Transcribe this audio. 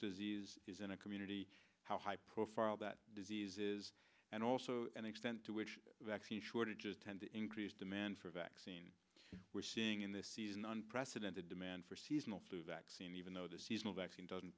disease is in a community how high profile that diseases and also an extent to which vaccine shortages tend to increase demand for vaccine we're seeing in this season unprecedented demand for seasonal flu vaccine even though the seasonal vaccine doesn't